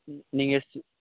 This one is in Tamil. நீங்கள்